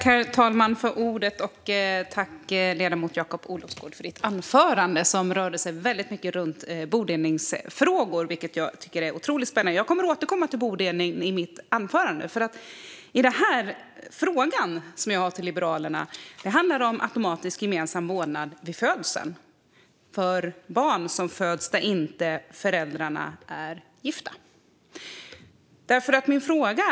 Herr talman! Tack, ledamoten Jakob Olofsgård, för ditt anförande som rörde sig mycket om bodelningsfrågor, vilket jag tycker är otroligt spännande! Jag kommer att återkomma till bodelning i mitt anförande. Men den fråga som jag har nu till ledamoten handlar om automatisk gemensam vårdnad vid födseln, för barn som föds av föräldrar som inte är gifta.